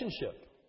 relationship